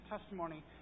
testimony